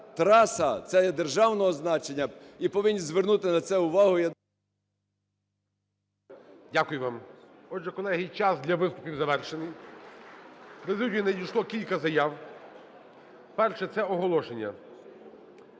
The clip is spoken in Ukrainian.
траса це є державного значення, і повинні звернути на це увагу. ГОЛОВУЮЧИЙ. Дякую вам. Отже, колеги, час для виступів завершений. В президію надійшло кілька заяв. Перше – це оголошення.